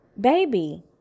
baby